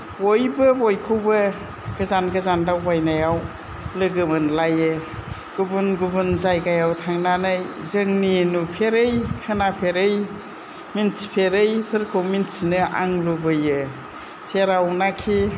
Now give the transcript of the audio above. बयबो बयखौबो गोजान गोजान दावबायनायाव लोगो मोनलायो गुबुन गुबुन जायगायाव थांनानै जोंनि नुफेरै खोनाफेरै मिन्थिफेरैफोरखौ मिन्थिनो आं लुबैयो जेरावनाखि